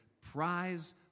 prize